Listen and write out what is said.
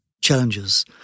challenges